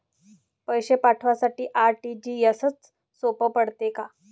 पैसे पाठवासाठी आर.टी.जी.एसचं सोप पडते का?